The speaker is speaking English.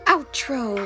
Outro